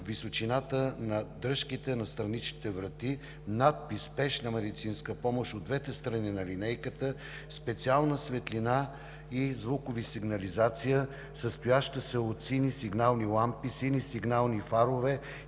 височината на дръжките на страничните врати; надпис „Спешна медицинска помощ“ от двете страни на линейката; специална светлинна и звукова сигнализация, състояща се от сини сигнални лампи, сини сигнални фарове